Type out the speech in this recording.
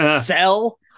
sell